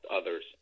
others